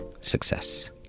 Success